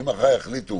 אם מחר יחליטו